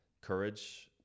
courage